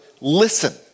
listen